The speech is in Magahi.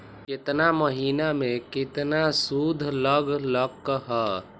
केतना महीना में कितना शुध लग लक ह?